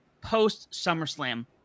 post-SummerSlam